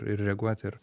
ir reaguot ir